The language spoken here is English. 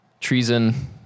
Treason